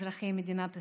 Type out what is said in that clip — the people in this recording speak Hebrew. אזרחי מדינת ישראל,